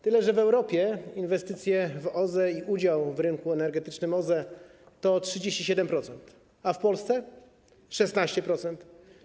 Tyle że w Europie inwestycje w OZE i udział w rynku energetycznym OZE to 37%, a w Polsce - 16%.